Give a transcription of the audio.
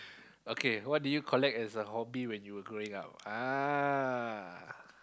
okay what did you collect as a hobby when you were growing up ah